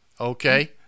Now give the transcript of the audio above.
Okay